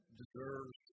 deserves